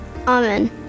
Amen